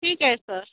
ठीक आहे सर